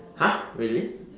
!huh! really